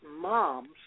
Moms